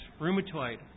rheumatoid